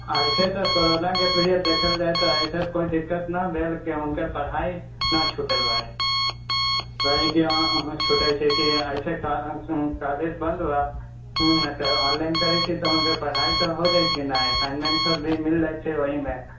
एहिसॅं तऽ कोरोना के पीरियड देखल जाए तऽ एहिसॅं कोई दिक्कत ने भेल हुनकर पढ़ाई ने छुटल बा मने कि नहि छुटै छै कॉलेज बन्द भऽ जाइ छै ऑनलाइन हुनकर पढ़ाई हो जाइ छै ने असाइन्मेंट सब भी मिल जाइ छै ओहिमे